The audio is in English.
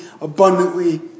abundantly